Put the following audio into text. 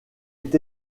est